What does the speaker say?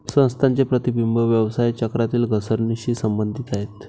संस्थांचे प्रतिबिंब व्यवसाय चक्रातील घसरणीशी संबंधित आहे